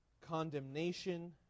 Condemnation